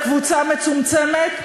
לקבוצה מצומצמת,